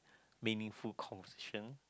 meaningful conversation